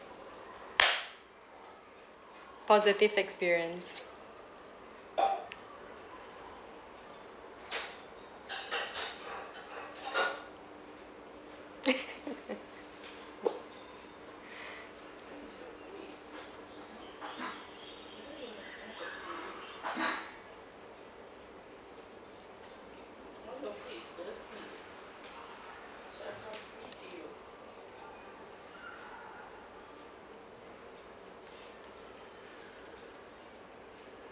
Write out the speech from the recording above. positive experience